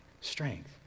strength